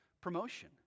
promotion